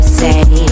say